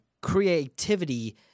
creativity